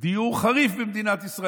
דיור חריף במדינת ישראל.